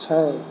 छै